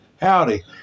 Howdy